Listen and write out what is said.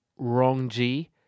Rongji